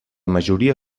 majoria